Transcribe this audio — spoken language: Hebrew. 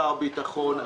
שר הביטחון,